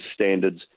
standards